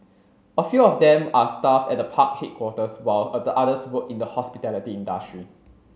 a few of them are staff at the park headquarters while others work in the hospitality industry